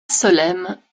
solesmes